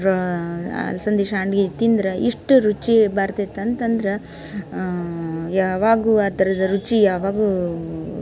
ರಾ ಅಲಸಂದಿ ಸಂಡ್ಗಿ ತಿಂದ್ರೆ ಇಷ್ಟು ರುಚಿ ಬರ್ತದೆ ಅಂತಂದ್ರೆ ಯಾವಾಗಲೂ ಅದ್ರದ್ದು ರುಚಿ ಯಾವಾಗಲೂ